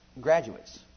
graduates